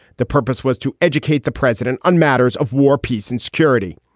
the purpose was to educate the president on matters of war, peace and security.